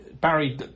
Barry